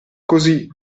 così